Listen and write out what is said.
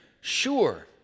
sure